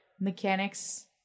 mechanics